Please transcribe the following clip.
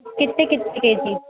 کتنے کتنے کے جی